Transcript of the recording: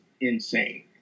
insane